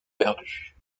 perdue